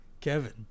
Kevin